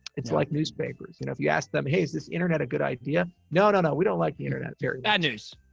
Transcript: it's like newspapers, you know? if you ask them, hey, is this internet a good idea? no, no, we don't like the internet. bad news.